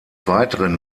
weiteren